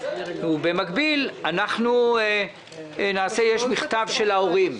במקביל יש מכתב של ההורים,